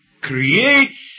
creates